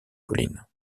collines